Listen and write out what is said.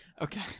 Okay